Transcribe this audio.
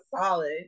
Solid